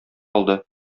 алды